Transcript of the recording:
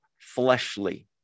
fleshly